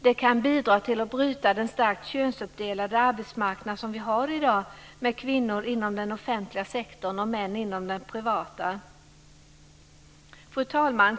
Det kan bidra till att bryta den starkt könsuppdelade arbetsmarknad som vi har i dag, med kvinnor inom den offentliga sektorn och män inom den privata. Fru talman!